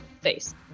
face